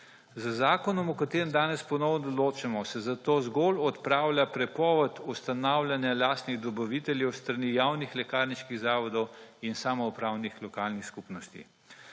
Z zakonom, o katerem danes ponovno odločamo, se zato zgolj odpravlja prepoved ustanavljanja lastnih dobaviteljev s strani javnih lekarniških zavodov in samoupravnih lokalnih skupnosti.